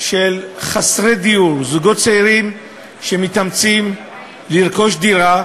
של חסרי דיור, זוגות צעירים שמתאמצים לרכוש דירה,